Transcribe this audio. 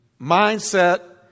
mindset